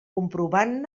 comprovant